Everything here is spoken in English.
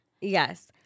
Yes